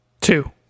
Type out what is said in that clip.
Two